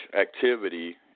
activity